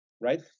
right